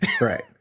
Right